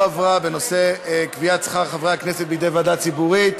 בנושא קביעת שכר חברי הכנסת בידי ועדה ציבורית,